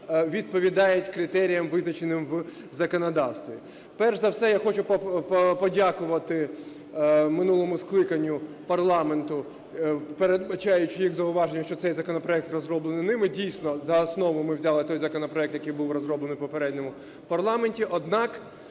відповідають критеріям, визначеним в законодавстві. Перш за все я хочу подякувати минулому скликанню парламенту, передбачаючи їх зауваження, що цей законопроект розроблений ними. Дійсно, за основу ми взяли той законопроект, який був розроблений в попередньому парламенті,